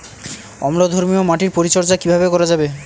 অম্লধর্মীয় মাটির পরিচর্যা কিভাবে করা যাবে?